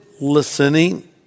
listening